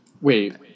Wait